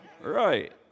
Right